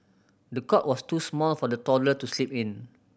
the cot was too small for the toddler to sleep in